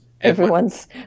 everyone's